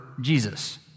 Jesus